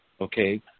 okay